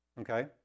Okay